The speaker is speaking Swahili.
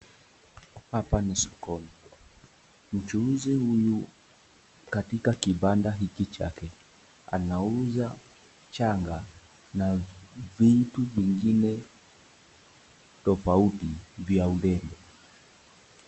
Hapa ni sokoni, mchuzi huyu katika kibanda hichi chake anauza shanga na vitu vingine tofauti vyia urembo.